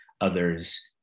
others